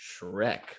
Shrek